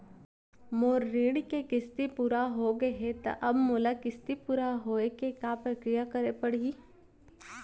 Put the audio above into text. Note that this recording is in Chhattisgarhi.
मोर ऋण के किस्ती पूरा होगे हे ता अब मोला किस्ती पूरा होए के का प्रक्रिया करे पड़ही?